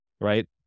right